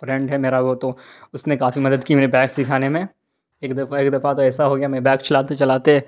friend ہے میرا وہ تو اس نے کافی مدد کی میرے بائک سکھانے میں ایک دفعہ ایک دفعہ تو ایسا ہو گیا میں بائک چلاتے چلاتے